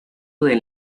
del